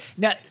Now